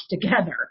together